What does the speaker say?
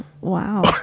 Wow